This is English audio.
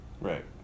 Right